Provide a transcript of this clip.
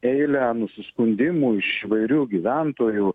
eilę nusiskundimų iš įvairių gyventojų